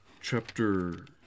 chapter